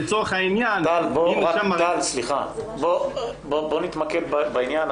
טל, בואו נתמקד בעניין.